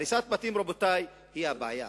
הריסת בתים, רבותי, היא הבעיה.